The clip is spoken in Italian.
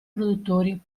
produttori